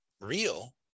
real